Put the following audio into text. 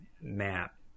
map